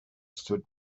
stood